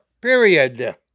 period